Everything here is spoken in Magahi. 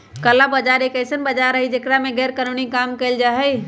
काला बाजार एक ऐसन बाजार हई जेकरा में गैरकानूनी काम कइल जाहई